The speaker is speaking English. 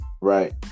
right